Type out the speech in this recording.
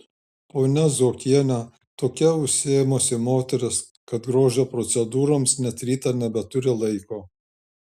ponia zuokienė tokia užsiėmusi moteris kad grožio procedūroms net rytą nebeturi laiko